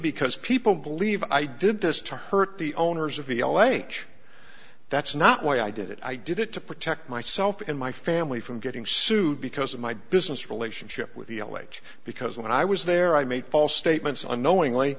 because people believe i did this to hurt the owners of the l a that's not why i did it i did it to protect myself and my family from getting sued because of my business relationship with the l h because when i was there i made false statements unknowingly